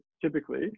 typically